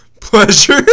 pleasure